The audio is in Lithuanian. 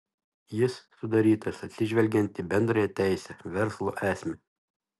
jis sudarytas atsižvelgiant į bendrąją teisę verslo esmę